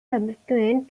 subsequent